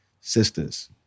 Sisters